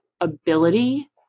ability